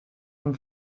vom